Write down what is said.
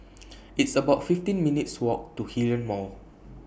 It's about fifteen minutes' Walk to Hillion Mall